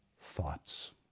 thoughts